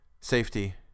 Safety